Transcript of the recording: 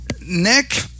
Nick